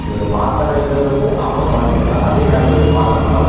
இவர் மாத்துற இதை வந்து அவனும் மாற்றி இருக்கிறான் அதே நேரத்தில் இதை மாத்துனனால